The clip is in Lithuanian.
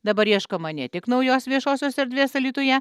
dabar ieškoma ne tik naujos viešosios erdvės alytuje